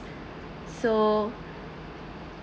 so